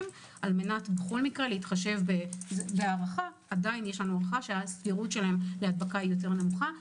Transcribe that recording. כדי להתחשב בהערכה שהסבירות שיידבקו היא נמוכה יותר,